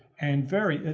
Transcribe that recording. and very,